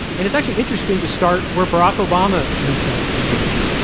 and it's actually interesting to start where barack obama himself begins,